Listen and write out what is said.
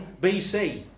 BC